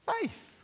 faith